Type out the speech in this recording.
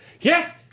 yes